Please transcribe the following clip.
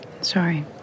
Sorry